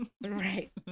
Right